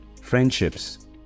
friendships